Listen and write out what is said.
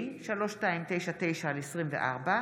גפני, יעקב אשר ויצחק פינדרוס,